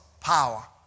power